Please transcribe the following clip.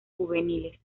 juveniles